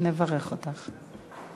נברך אותך.